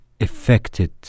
affected